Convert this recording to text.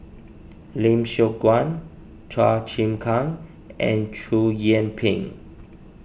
Lim Siong Guan Chua Chim Kang and Chow Yian Ping